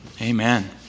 amen